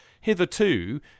hitherto